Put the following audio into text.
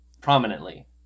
prominently